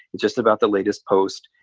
just about the latest post.